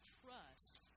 trust